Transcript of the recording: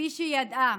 כפי שידעה